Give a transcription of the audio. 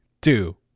two